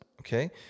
okay